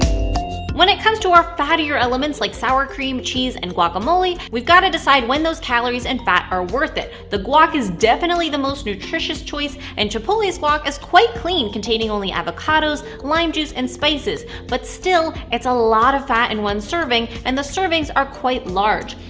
when it comes to our fattier elements like sour cream, cheese, and guacamole, we've got to decide when those calories and fat are worth it. the guac is definitely the most nutritious choice and chipotle's guac is quite clean, containing only avocados, lime juice and spices but still, it's a lot of fat in one serving, and the servings are quite large.